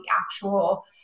actual